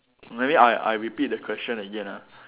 maybe I I repeat the question again ah